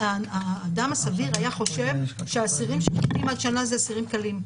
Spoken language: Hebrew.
האדם הסביר היה חושב שהאסירים ששפוטים עד שנה זה בגלל עבירות קלות.